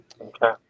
Okay